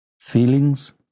feelings